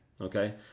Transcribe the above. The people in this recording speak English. Okay